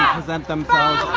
present themselves